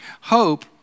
Hope